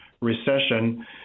recession